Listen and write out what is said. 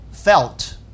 Felt